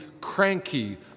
cranky